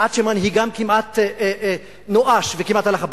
עד שמנהיגם כמעט נואש וכמעט הלך הביתה.